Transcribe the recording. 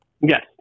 Yes